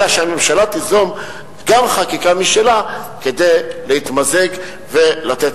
אלא תיזום גם חקיקה משלה כדי להתמזג ולתת